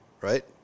right